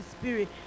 Spirit